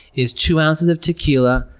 is two ounces of tequila,